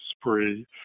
spree